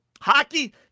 Hockey